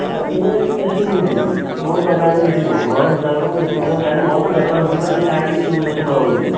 ନା ମୁଁ ଏଠି ବେଶୀ ନିଏ ନି ମୁଁ ଟଙ୍କାଟେ ବେଶୀ ନିଏନି ମୋ ହିସାବରେ ମୁଁ ଯେତିକି ମୋର ବେପାର ହେଉଛି ନା ମୁଁ କାହିଁକି ବେଶୀ ନେବାକୁ ଯିବି